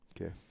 Okay